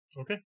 Okay